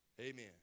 Amen